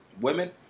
women